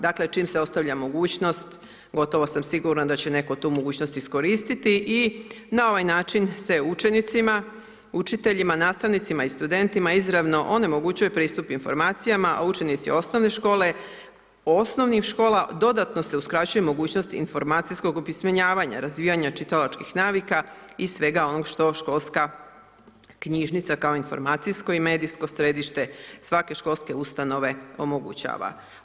Dakle, čim se ostavlja mogućnost, gotovo sam sigurna da će netko tu mogućnost iskoristiti i na ovaj način se učenicima, učiteljima, nastavnicima i studentima izravno onemogućuje pristup informacijama, a učenicima osnovnih škola dodatno se uskraćuje mogućnost informacijskog opismenjavanja, razvijanja čitalačkih navika i svega onog što školska knjižnica kao informacijsko i medijsko središte svake školske ustanove omogućava.